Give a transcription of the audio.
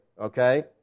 okay